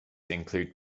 include